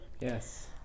Yes